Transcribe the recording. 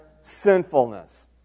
sinfulness